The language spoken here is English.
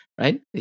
right